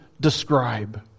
describe